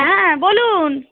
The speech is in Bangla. হ্যাঁ বলুন